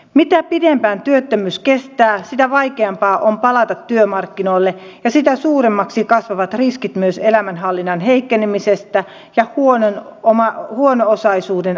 mitä pidempään työttömyys kestää sitä vaikeampaa on palata työmarkkinoille ja sitä suuremmaksi kasvavat riskit myös elämänhallinnan heikkenemisestä ja huono osaisuuden ajautumisesta